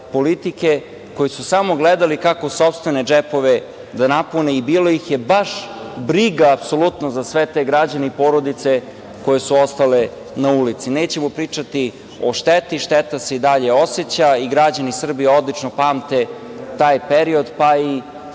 politike, koji su samo gledali kako sopstvene džepove da napune i bilo ih je baš briga apsolutno za sve te građane i porodice koje su ostale na ulici. Nećemo pričati o šteti, šteta se i dalje oseća i građani Srbije odlično pamte taj period, pa i